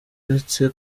uretse